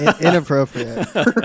inappropriate